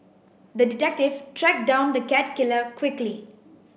the detective tracked down the cat killer quickly